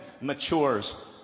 matures